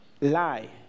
Lie